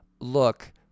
look